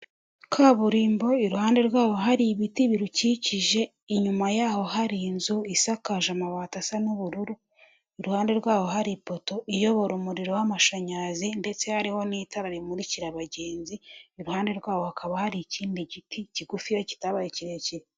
Kaburimbo iruhande rwaho hari ibiti birukikije, inyuma yaho hari inzu isakaje amabati asa n'ubururu, iruhande rwaho hari ipoto iyobora umuriro w'amashanyarazi ndetse hariho n'itara rimurikira abagenzi, iruhande rwaho hakaba hari ikindi giti kigufiya kitabaye kirekire.